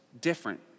different